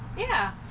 yeah,